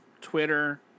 Twitter